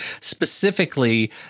specifically